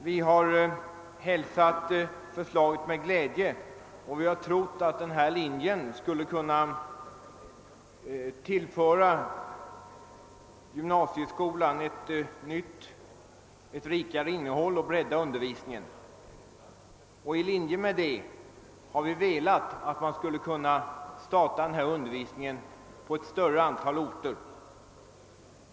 Vi har hälsat förslaget med glädje och trott att denna utbildningslinje skulle kunna tillföra gymnasieskolan ett rikare innehåll och innebära en breddning av undervisningen. I linje därmed har vi önskat att denna undervisning kunde bedrivas på ett större antal orter.